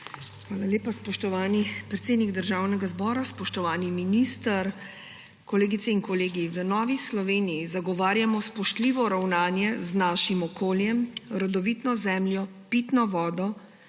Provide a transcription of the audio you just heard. Hvala lepa, spoštovani predsednik Državnega zbora. Spoštovani minister, kolegice in kolegi! V Novi Sloveniji zagovarjamo spoštljivo ravnanje s svojim okoljem, rodovitno zemljo, pitno vodo